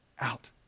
out